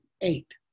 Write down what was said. eight